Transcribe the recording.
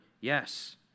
Yes